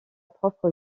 propre